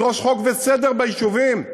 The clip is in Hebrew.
נדרוש חוק וסדר ביישובים.